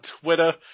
Twitter